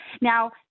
Now